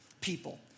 people